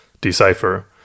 decipher